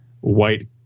white